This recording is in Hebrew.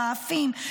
מאפים,